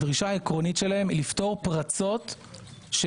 הדרישה העקרונית שלהם היא לפתור פרצות שהתגלו